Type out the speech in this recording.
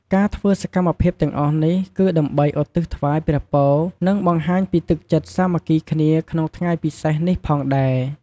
ការធ្វើសកម្មភាពទាំងអស់នេះ គឺដើម្បីឧទ្ទិសថ្វាយព្រះពរ និងបង្ហាញពីទឹកចិត្តសាមគ្គីគ្នាក្នុងថ្ងៃពិសេសនេះផងដែរ។